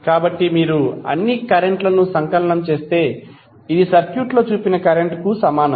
కాబట్టి మీరు అన్ని కరెంట్ లను సంకలనం చేస్తే అది సర్క్యూట్లో చూపిన కరెంట్ కు సమానం